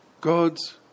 God's